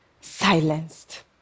silenced